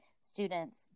students